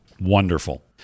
Wonderful